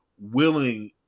willing